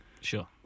sure